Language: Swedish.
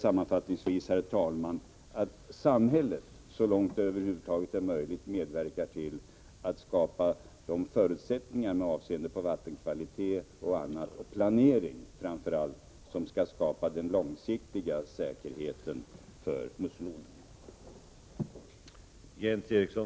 Sammanfattningsvis är det viktigt att samhället så långt det över huvud taget är möjligt medverkar till att skapa de förutsättningar med avseende på vattenkvalitet och annat och framför allt planering som skall ge den långsiktiga säkerheten för musselodlingen.